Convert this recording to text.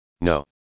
No